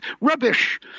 Rubbish